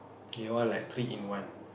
they all like three in one